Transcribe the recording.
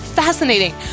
fascinating